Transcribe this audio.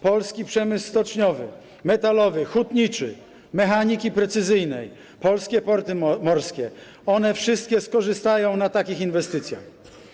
Polski przemysł stoczniowy, metalowy, hutniczy, mechaniki precyzyjnej, polskie porty morskie - one wszystkie skorzystają na takich inwestycjach.